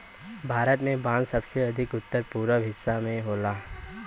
भारत में बांस सबसे अधिका उत्तर पूरब वाला हिस्सा में होला